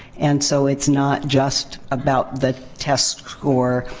and so, it's not just about the test score.